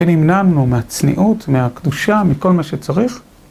ונמנענו מהצניעות, מהקדושה, מכל מה שצריך.